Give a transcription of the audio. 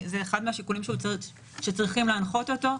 זה אחד מהשיקולים שצריכים להנחות אותו.